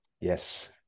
Yes